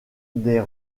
des